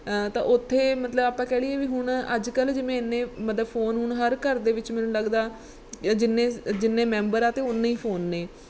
ਤਾਂ ਉੱਥੇ ਮਤਲਬ ਆਪਾਂ ਕਹਿ ਲਈਏ ਵੀ ਹੁਣ ਅੱਜ ਕੱਲ੍ਹ ਜਿਵੇਂ ਇੰਨੇ ਮਤਲਬ ਫੋਨ ਹੁਣ ਹਰ ਘਰ ਦੇ ਵਿੱਚ ਮੈਨੂੰ ਲੱਗਦਾ ਜਿੰਨੇ ਜਿੰਨੇ ਮੈਂਬਰ ਆ ਅਤੇ ਉਨੇ ਹੀ ਫੋਨ ਨੇ